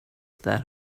that